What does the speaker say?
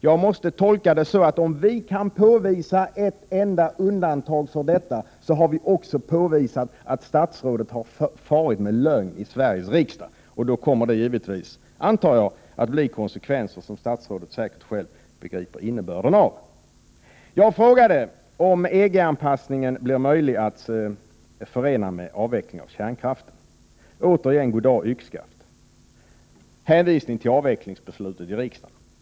Jag måste tolka det som att vi, om vi kan påvisa ett enda undantag från detta, också har påvisat att statsrådet har farit med lögn i Sveriges riksdag, och då kommer det givetvis, antar jag, att leda till konsekvenser som statsrådet själv begriper innebörden av. Jag frågade om EG-anpassningen blir möjlig att förena med en avveckling av kärnkraften. Återigen svarade statsrådet god dag yxskaft. Hon hänvisade till avvecklingsbeslutet i riksdagen.